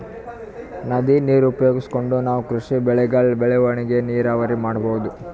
ನದಿ ನೀರ್ ಉಪಯೋಗಿಸ್ಕೊಂಡ್ ನಾವ್ ಕೃಷಿ ಬೆಳೆಗಳ್ ಬೆಳವಣಿಗಿ ನೀರಾವರಿ ಮಾಡ್ಬಹುದ್